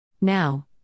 Now